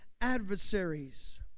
adversaries